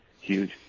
huge